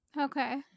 Okay